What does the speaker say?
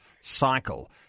cycle